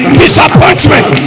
disappointment